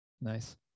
Nice